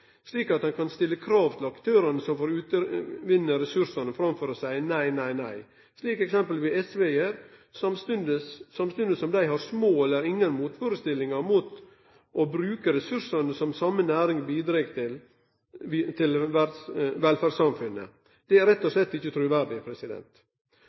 slik at ein kan stille krav til aktørane som får utvinne ressursane framfor å seie nei, nei, slik f.eks. SV gjer, samstundes som dei har små eller ingen motførestellingar mot å bruke ressursane som same næring bidreg med til velferdssamfunnet. Det er rett og